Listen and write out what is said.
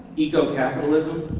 eco-capitalism.